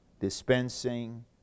dispensing